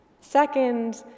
Second